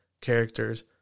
characters